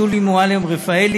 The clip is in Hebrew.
שולי מועלם-רפאלי,